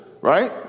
right